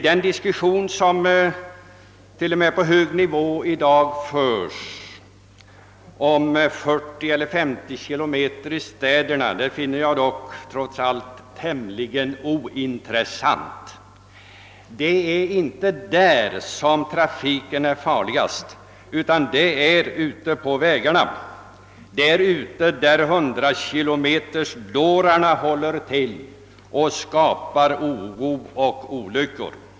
Den diskussionen, som t.o.m. på hög nivå i dag förs huruvida hastighetsgränsen i städerna skall vara 40 eller 50 km, finner jag trots allt tämligen ointressant. Det är inte i städerna som trafiken är farligast, utan det är ute på vägarna, där hundrakilometersåkarna håller till, skapar oro och vållar olyckor.